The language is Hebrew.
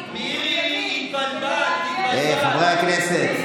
חברי הכנסת.